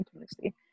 intimacy